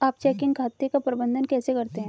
आप चेकिंग खाते का प्रबंधन कैसे करते हैं?